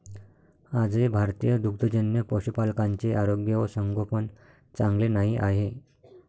आजही भारतीय दुग्धजन्य पशुपालकांचे आरोग्य व संगोपन चांगले नाही आहे